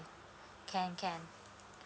can can